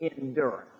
endurance